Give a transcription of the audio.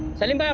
salim, yeah